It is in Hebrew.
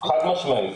חד משמעי.